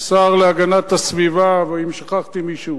השר להגנת הסביבה, ואם שכחתי מישהו,